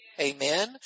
amen